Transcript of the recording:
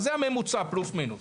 זה הממוצע פלוס-מינוס.